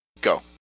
go